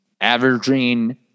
averaging